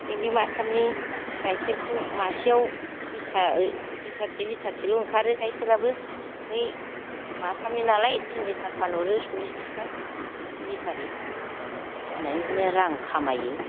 ओमफ्राय बे माथामनि गायखेरखौ मासेयाव लिटार लिटारसे लिटारसेल' ओंखारो गायखेराबो ओमफाय माथामनिनालाय तिन लिटार फानहरो सल्लिस थाखा लिटारै फाननानै बिदिनो रां खामायो